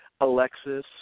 alexis